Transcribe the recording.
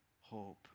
hope